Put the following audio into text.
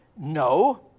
No